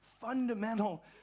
fundamental